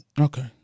Okay